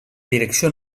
direcció